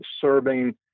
serving